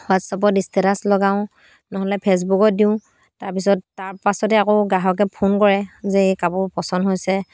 হোৱাটছএপত ষ্টেটাছ লগাওঁ নহ'লে ফে'চবুকত দিওঁ তাৰপিছত তাৰপাছতে আকৌ গ্ৰাহকে ফোন কৰে যে এই কাপোৰ পচন্দ হৈছে